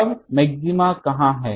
अब मैक्सिमा कहाँ है